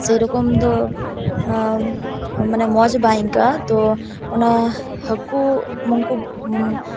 ᱥᱮᱨᱚᱠᱚᱢ ᱫᱚ ᱢᱟᱱᱮ ᱢᱚᱡᱽ ᱵᱟᱝ ᱟᱹᱭᱠᱟᱹᱜᱼᱟ ᱛᱚ ᱚᱱᱟ ᱦᱟᱹᱠᱩ ᱩᱱᱠᱩ